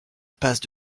passe